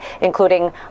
including